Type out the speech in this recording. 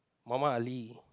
Muhammad Ali